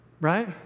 right